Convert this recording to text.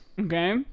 Okay